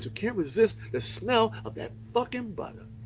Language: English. can't resist the smell of that butter. um but